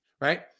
right